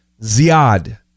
Ziad